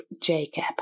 Jacob